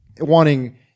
wanting